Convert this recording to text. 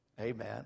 Amen